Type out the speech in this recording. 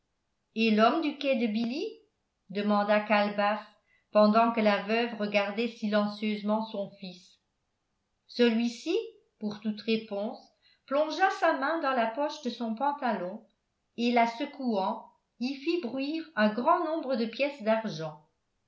et l'homme du quai de billy demanda calebasse pendant que la veuve regardait silencieusement son fils celui-ci pour toute réponse plongea sa main dans la poche de son pantalon et la secouant y fit bruire un grand nombre de pièces d'argent